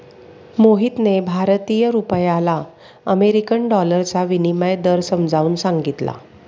मोहितने भारतीय रुपयाला अमेरिकन डॉलरचा विनिमय दर समजावून सांगितला